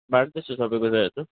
बार्दैछु सब कुराहरू